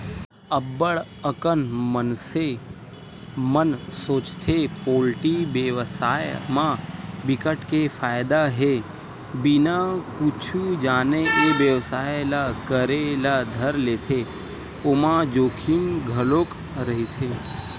अब्ब्ड़ अकन मनसे मन सोचथे पोल्टी बेवसाय म बिकट के फायदा हे बिना कुछु जाने ए बेवसाय ल करे ल धर लेथे ओमा जोखिम घलोक रहिथे